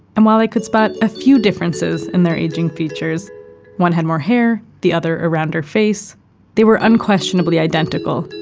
and while i could spot a few differences in their aging features one had more hair, the other a rounder face they were unquestionably identical.